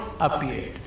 appeared